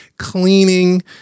cleaning